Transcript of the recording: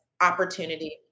opportunity